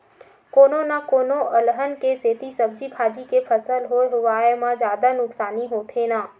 कोनो न कोनो अलहन के सेती सब्जी भाजी के फसल होए हुवाए म जादा नुकसानी होथे न